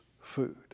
food